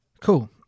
Cool